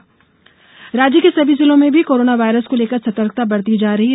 corona जिले राज्य के सभी जिलों में भी कोरोना वायरस को लेकर सतर्कता बरती जा रही है